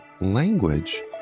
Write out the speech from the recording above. language